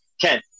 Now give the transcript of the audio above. Ken